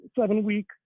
seven-week